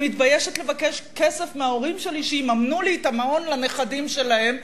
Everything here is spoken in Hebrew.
אני מתביישת לבקש כסף מההורים שלי שיממנו לי את המעון לנכדים שלהם,